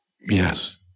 Yes